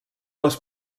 les